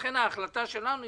לכן ההחלטה שלנו,